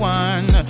one